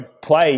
play